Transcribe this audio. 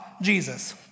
Jesus